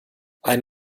ein